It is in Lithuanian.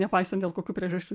nepaisant dėl kokių priežasčių